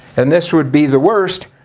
and this would be the worst.